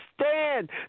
stand